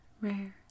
rare